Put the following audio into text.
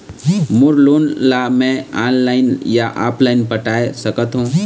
मोर loan ला मैं online या ऑफलाइन पटाए सकथों?